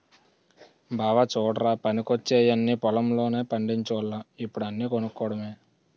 బావా చుడ్రా పనికొచ్చేయన్నీ పొలం లోనే పండిచోల్లం ఇప్పుడు అన్నీ కొనుక్కోడమే